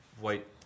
white